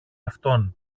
αυτόν